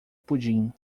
pudim